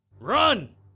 Run